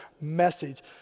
message